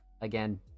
again